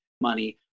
money